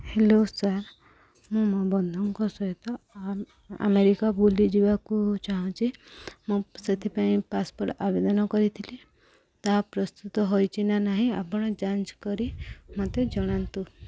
hello sir ମୁଁ ମୋ ବନ୍ଧୁଙ୍କ ସହିତ ଆମେରିକା ବୁଲିଯିବାକୁ ଚାହୁଁଛି ମୁଁ ସେଥିପାଇଁ ପାସପୋର୍ଟ ଆବେଦନ କରିଥିଲି ତାହା ପ୍ରସ୍ତୁତ ହୋଇଛି ନା ନାହିଁ ଆପଣ ଯାଞ୍ଚ କରି ମୋତେ ଜଣାନ୍ତୁ